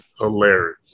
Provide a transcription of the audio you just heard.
Hilarious